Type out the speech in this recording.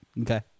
Okay